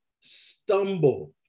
stumble